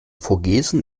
vogesen